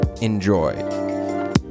Enjoy